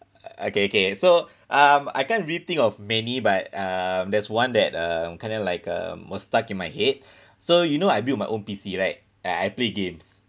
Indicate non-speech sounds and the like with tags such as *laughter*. *noise* okay okay so um I can't really think of many but um there's one that um kind of like um most stuck in my head *breath* so you know I build my own P_C right and I play games